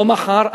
לא מחר,